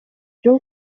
жол